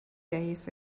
days